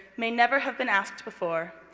may never have been asked before,